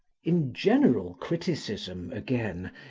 in general criticism, again,